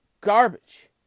garbage